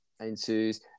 ensues